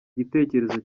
gitekerezo